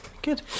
Good